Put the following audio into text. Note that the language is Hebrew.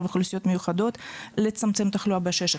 אוכלוסיות מיוחדות לצמצם תחלואה בעששת,